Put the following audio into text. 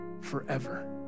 forever